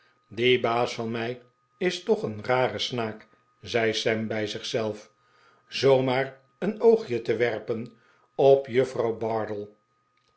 die baas van mij is toch een rare snaak zei sam bij zich zelf zoo maar een oogje te werpen op juffrouw bardell